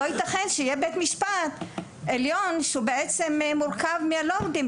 לא ייתכן שבית המשפט העליון יהיה מורכב מהלורדים,